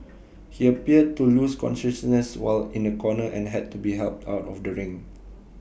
he appeared to lose consciousness while in A corner and had to be helped out of the ring